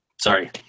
Sorry